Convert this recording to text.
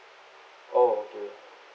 oh okay